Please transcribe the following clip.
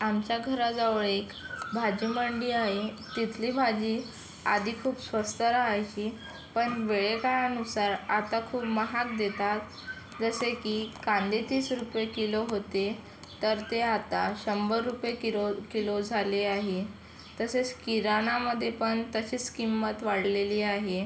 आमच्या घराजवळ एक भाजी मंडी आहे तिथली भाजी आधी खूप स्वस्त रहायची पण वेळेकाळानुसार आता खूप महाग देतात जसे की कांदे तीस रुपये किलो होते तर ते आता शंभर रुपये किलो किलो झाले आहे तसेच किराणामध्ये पण तशीच किंमत वाढलेली आहे